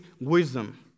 wisdom